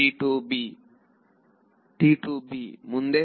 ವಿದ್ಯಾರ್ಥಿ ಮುಂದೆ